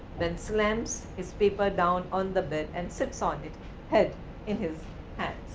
then slams his paper down on the bed and sits on it head in his hands.